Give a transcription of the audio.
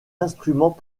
instrument